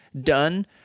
done